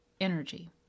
energy